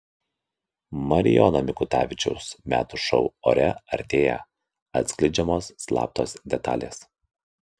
marijono mikutavičiaus metų šou ore artėja atskleidžiamos slaptos detalės